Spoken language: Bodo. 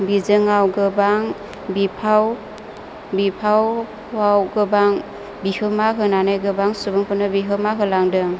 बिजोङाव गोबां बिफाव बिफावाव गोबां बिहोमा होनानै गोबां सुबुंफोरनो बिहोमा होलांदों